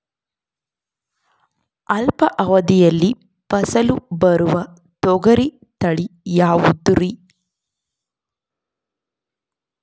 ಅಲ್ಪಾವಧಿಯಲ್ಲಿ ಫಸಲು ಬರುವ ತೊಗರಿ ತಳಿ ಯಾವುದುರಿ?